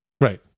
Right